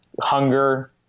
hunger